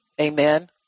Amen